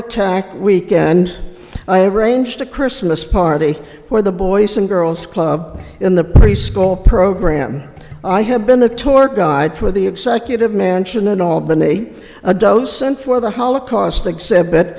attack weekend i arranged a christmas party for the boys and girls club in the preschool program i have been a tour guide for the executive mansion in albany a docent for the holocaust exhibit